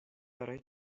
برای